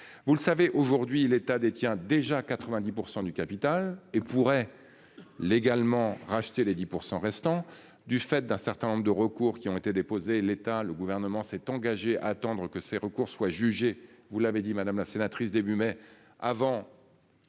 vous le savez aujourd'hui l'État détient déjà 90% du capital et pourrait. Légalement, racheter les 10% restants du fait d'un certain nombre de recours qui ont été déposés l'état, le gouvernement s'est engagé à tendre que ces recours soit jugé, vous l'avez dit, madame la sénatrice début mai avant.